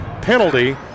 penalty